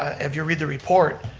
ah if you read the report,